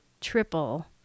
triple